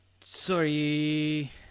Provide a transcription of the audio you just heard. Sorry